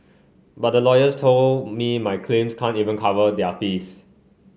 but the lawyers told me my claims can't even cover their fees